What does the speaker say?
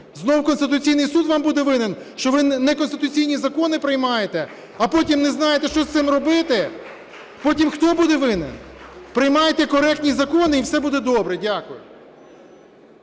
Знову Конституційний Суд вам буде винен, що ви неконституційні закони приймаєте, а потім не знаєте що з цим робити? Потім хто буде винен? Приймайте коректні закони, і все буде добре. Дякую.